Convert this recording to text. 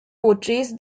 portrays